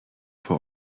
vor